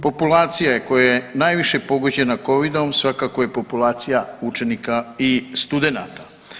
Populacija koja je najviše pogođena Covid-om svakako je populacija učenika i studenata.